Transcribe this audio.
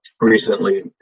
recently